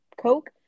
Coke